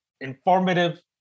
informative